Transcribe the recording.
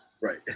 Right